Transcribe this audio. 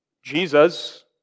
Jesus